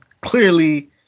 clearly